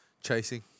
chasing